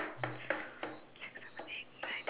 okay circle it